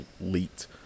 leaked